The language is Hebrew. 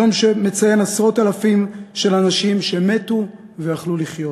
יום שמציין עשרות-אלפי אנשים שמתו ויכלו לחיות.